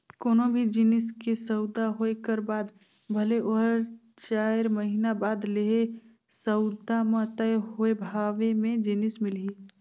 कोनो भी जिनिस के सउदा होए कर बाद भले ओहर चाएर महिना बाद लेहे, सउदा म तय होए भावे म जिनिस मिलही